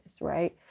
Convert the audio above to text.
right